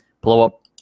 blow-up